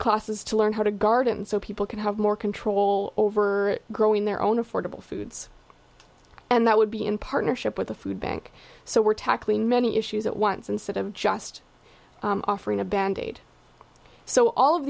classes to learn how to garden so people can have more control over growing their own affordable foods and that would be in partnership with a food bank so we're tackling many issues at once instead of just offering a bandaid so all of